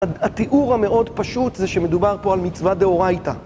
התיאור המאוד פשוט זה שמדובר פה על מצוות דאורייתא.